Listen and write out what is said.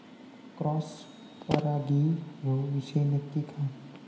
Cross परागी ह्यो विषय नक्की काय?